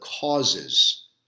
causes